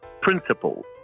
principles